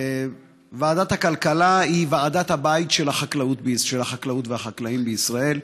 ועדת הכלכלה היא ועדת הבית של החקלאות והחקלאים בישראל,